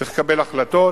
צריך לקבל החלטות,